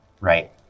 right